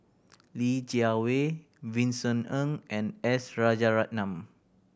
Li Jiawei Vincent Ng and S Rajaratnam